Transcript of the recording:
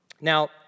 Now